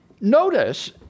Notice